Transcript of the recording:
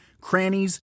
crannies